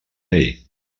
bay